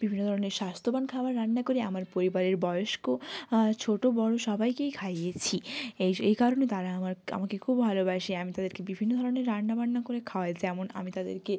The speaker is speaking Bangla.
বিভিন্ন ধরনের স্বাস্থ্যবান খাবার রান্না করি আমার পরিবারের বয়স্ক ছোটো বড় সবাইকেই খাইয়েছি এই স্ এই কারণে তারা আমার ক্ আমাকে খুব ভালোবাসে আমি তাদেরকে বিভিন্ন ধরনের রান্নাবান্না করে খাওয়াই যেমন আমি তাদেরকে